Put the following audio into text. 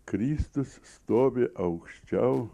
kristus stovi aukščiau